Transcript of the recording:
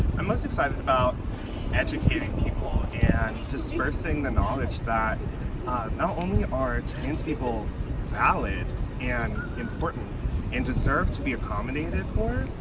i'm most excited about educating people yeah and just dispersing the knowledge that not only are trans people valid and important and deserve to be accommodated for,